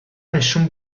nessun